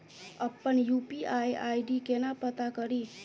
अप्पन UPI ID केना पत्ता कड़ी?